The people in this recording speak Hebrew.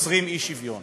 יוצרים אי-שוויון